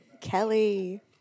Kelly